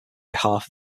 behalf